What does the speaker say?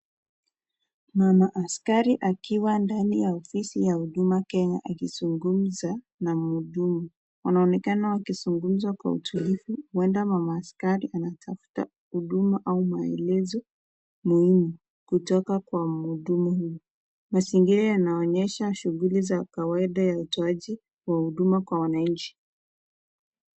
Mama askari akiwa ndani ofisi ya huduma Kenya, akizungumza na mhudumu. Wanaonekana wakizungumza kwa utulivu. Huenda mama askari anafuta huduma au maelezo muhimu kutoka kwa mhudumu. Mazingira yanaonyeshashughuli za kawaida ya utoaji wa huduma kwa wananchi.